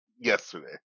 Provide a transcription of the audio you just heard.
yesterday